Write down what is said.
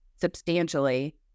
substantially